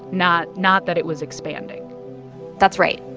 not not that it was expanding that's right.